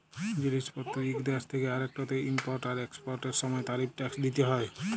জিলিস পত্তের ইক দ্যাশ থ্যাকে আরেকটতে ইমপরট আর একসপরটের সময় তারিফ টেকস দ্যিতে হ্যয়